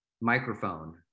microphone